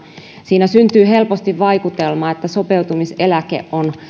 siinä syntyy helposti vaikutelma että sopeutumiseläke on